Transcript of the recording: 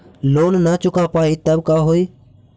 Loan न चुका पाई तब का होई?